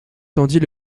tendit